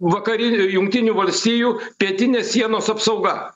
vakarinių jungtinių valstijų pietinės sienos apsauga